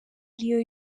ariyo